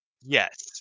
Yes